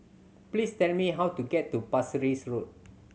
please tell me how to get to Parsi Road